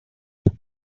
tires